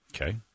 Okay